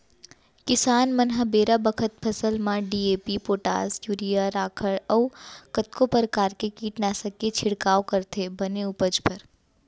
किसान मन ह बेरा बखत फसल म डी.ए.पी, पोटास, यूरिया, राखड़ अउ कतको परकार के कीटनासक के छिड़काव करथे बने उपज बर